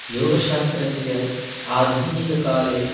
योगशास्त्रस्य आधुनिककाले